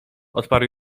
odparł